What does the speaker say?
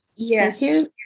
Yes